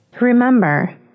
Remember